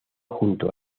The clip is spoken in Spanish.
junto